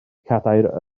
cadair